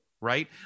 right